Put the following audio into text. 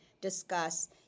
discuss